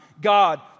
God